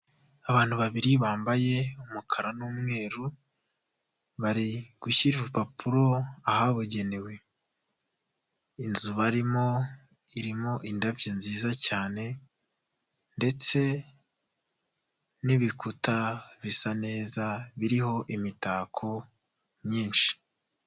Abantu babiri bambaye umukara n'umweru bari gushyira urupapuro ahabugenewe, inzu barimo irimo indabyo nziza cyane ndetse n'ibikuta bisa neza biriho imitako myinshi.